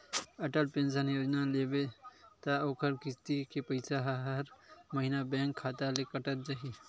Atal pension योजना लेबे त ओखर किस्ती के पइसा ह हर महिना बेंक खाता ले कटत जाही